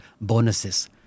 bonuses